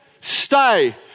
stay